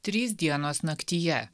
trys dienos naktyje